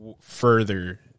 further